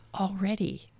already